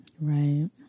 Right